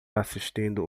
assistindo